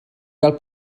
gael